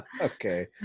okay